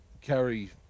Carry